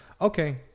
Okay